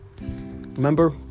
remember